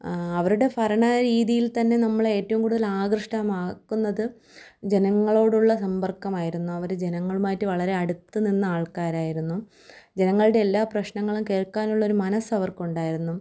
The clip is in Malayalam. അവരുടെ ഭരണ രീതിയിൽ തന്നെ നമ്മളെ ഏറ്റവും കൂടുതലാകൃഷ്ടമാക്കുന്നത് ജനങ്ങളോടുള്ള സമ്പർക്കമായിരുന്നു അവർ ജനങ്ങളുമായിട്ടു വളരെ അടുത്തു നിന്ന ആൾക്കാരായിരുന്നു ജനങ്ങളുടെ എല്ലാ പ്രശ്നങ്ങളും കേൾക്കാനുള്ളൊരു മനസ്സവർക്കുണ്ടായിരുന്നു